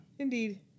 indeed